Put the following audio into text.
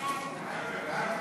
חוק הביטוח הלאומי (תיקון מס' 177),